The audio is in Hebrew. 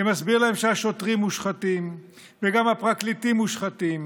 שמסביר להם שהשוטרים מושחתים וגם הפרקליטים מושחתים